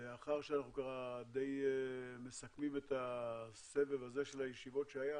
לאחר שאנחנו די מסכמים את הסבב הזה של הישיבות שהיו